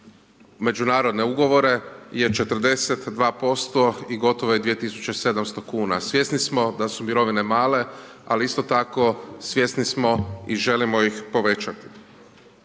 međunarodne ugovore je 42% i gotovo je 2700 kuna. Svjesni smo da su mirovine male, ali isto tako svjesni smo i želimo ih povećati.